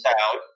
out